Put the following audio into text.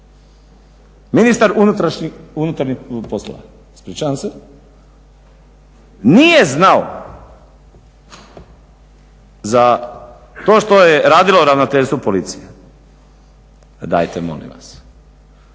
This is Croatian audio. ministar unutarnjih poslova nije znao za to što je radilo Ravnateljstvo Policije. Ma dajte molim vas.